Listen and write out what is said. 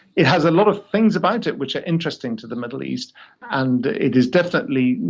it has a lot of things about it which are interesting to the middle east and it is definitely,